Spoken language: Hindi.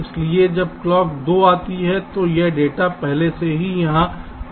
इसलिए जब क्लॉक 2 आती है तो यह डेटा पहले से ही यहां आ जाता है